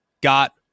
got